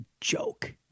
joke